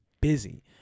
busy